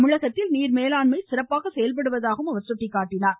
தமிழகத்தில் நீர் மேலாண்மை சிறப்பாக செயல்படுவதாகவும் அவர் தெரிவித்தார்